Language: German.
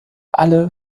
alle